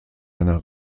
einer